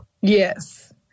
Yes